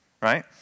right